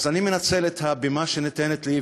אז אני מנצל את הבימה שניתנת לי,